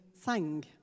sang